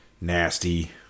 nasty